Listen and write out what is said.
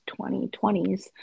2020s